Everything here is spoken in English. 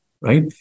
right